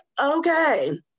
Okay